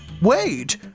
wait